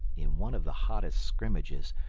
in one of the hottest scrimmages,